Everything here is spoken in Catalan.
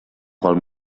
qual